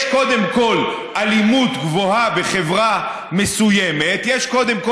יש, קודם כול, אלימות גבוהה בחברה מסוימת, יש,